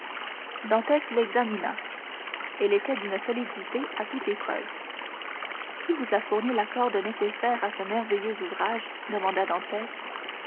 dantès l'examina elle était d'une solidité à toute épreuve qui vous a fourni la corde nécessaire à ce merveilleux ouvrage demanda